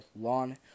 lawn